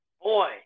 boy